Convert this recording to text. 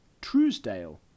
Truesdale